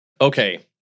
Okay